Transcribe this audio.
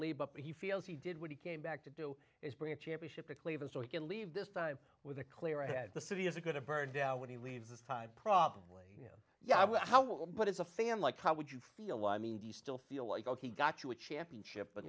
leave but he feels he did when he came back to do is bring a championship in cleveland so he can leave this time with a clear head the city is a good a bird down when he leaves this time probably yeah how well but as a fan like how would you feel i mean do you still feel like ok got to a championship but